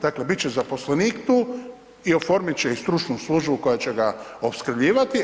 Dakle biti će zaposlenik tu i oformiti će i stručnu službu koja će ga opskrbljivati.